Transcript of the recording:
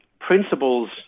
principles